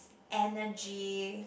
energy